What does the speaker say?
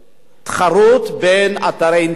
תחרות בין אתרי אינטרנט